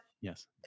yes